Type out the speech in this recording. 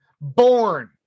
born